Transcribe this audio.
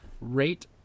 rate